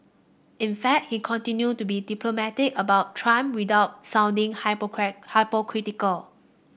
in fact he continued to be diplomatic about trump without sounding hypocritical